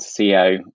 CO